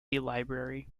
library